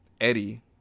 Eddie